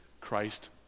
Christ